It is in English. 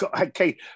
okay